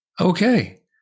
okay